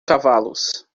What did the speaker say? cavalos